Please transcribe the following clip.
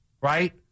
right